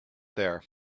there